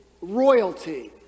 royalty